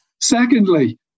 Secondly